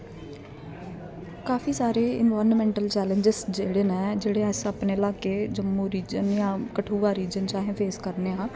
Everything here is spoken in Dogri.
काफी सारे इनवारनेमेंटल चलैंजस जेहडे़ न जेहडे़ अस अपने इलाके जम्मू रीजन कठुआ रीजन चाहे फेस करने आं